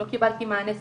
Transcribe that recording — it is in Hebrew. לא קיבלתי מענה שיחתי,